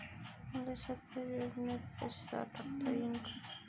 मले सरकारी योजतेन पैसा टाकता येईन काय?